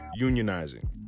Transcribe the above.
unionizing